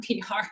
PR